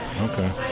Okay